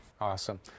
awesome